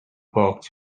box